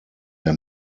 der